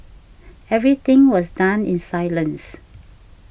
everything was done in silence